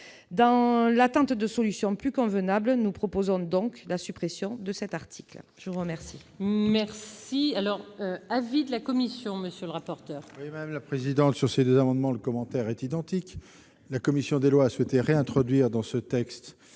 Dans l'attente de solutions plus convenables, nous proposons donc la suppression de l'article 52 . Quel